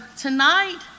tonight